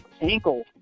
ankle